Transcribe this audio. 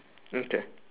that